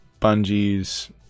Bungie's